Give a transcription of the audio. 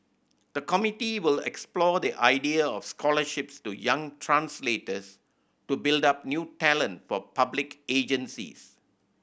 the committee will explore the idea of scholarships to young translators to build up new talent for public agencies